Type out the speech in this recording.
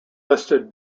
listed